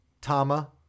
Tama